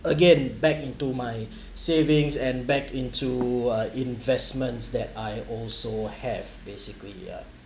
again back into my savings and back into uh investments that I also have basically yeah